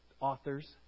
authors